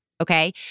Okay